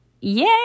Yay